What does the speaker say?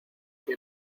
que